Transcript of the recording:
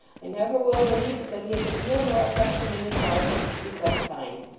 i never will believe but that he has a deal more affection in his heart than to speak unkind.